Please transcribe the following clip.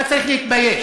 אתה צריך להתבייש.